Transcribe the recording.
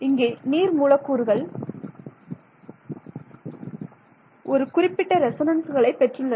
இங்கே நீர் மூலக்கூறுகள் ஒரு குறிப்பிட்ட ரெசோனன்ஸ்களை பெற்றுள்ளன